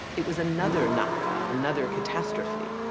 it was another nakba, another catastrophe.